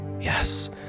Yes